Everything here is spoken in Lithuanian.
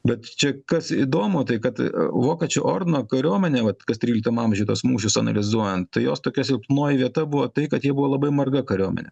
bet čia kas įdomu tai kad vokiečių ordino kariuomenė vat kas tryliktam amžiuje tuos mūšius analizuojant tai jos tokia silpnoji vieta buvo tai kad ji buvo labai marga kariuomenė